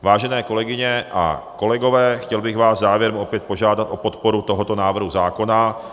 Vážené kolegyně a kolegové, chtěl bych vás závěrem opět požádat o podporu tohoto návrhu zákona.